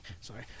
Sorry